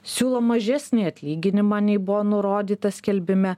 siūlo mažesnį atlyginimą nei buvo nurodyta skelbime